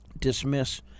dismiss